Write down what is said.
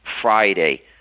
Friday